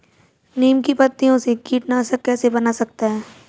नीम की पत्तियों से कीटनाशक कैसे बना सकते हैं?